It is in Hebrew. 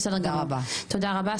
תודה רבה.